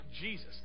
Jesus